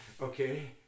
Okay